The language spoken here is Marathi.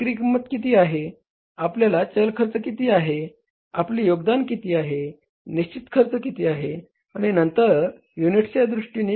विक्री किंमत किती आहे आपला चल खर्च किती आहे आपले योगदान किती आहे निश्चित खर्च किती आहे आणि नंतर युनिट्सच्या दृष्टीने B